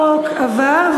הצעת החוק עברה,